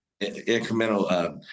incremental